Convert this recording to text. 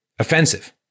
offensive